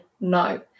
no